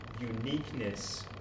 uniqueness